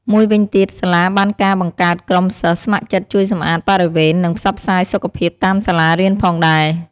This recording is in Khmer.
មួយវិញទៀត សាលាបានការបង្កើតក្រុមសិស្សស្ម័គ្រចិត្តជួយសម្អាតបរិវេណ និងផ្សព្វផ្សាយសុខភាពតាមសាលារៀនផងដែរ។